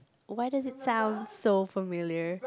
why does it sound so familiar